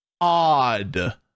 odd